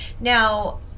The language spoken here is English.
Now